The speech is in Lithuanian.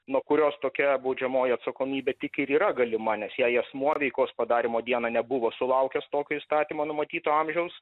nuo kurios tokia baudžiamoji atsakomybė tik ir yra galima nes jei asmuo veikos padarymo dieną nebuvo sulaukęs tokio įstatymo numatyto amžiaus